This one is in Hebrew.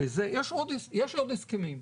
יש עוד הסכמים,